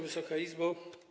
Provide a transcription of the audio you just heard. Wysoka Izbo!